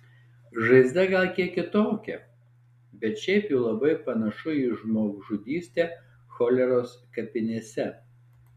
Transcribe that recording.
žaizda gal kiek kitokia bet šiaip jau labai panašu į žmogžudystę choleros kapinėse